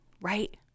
right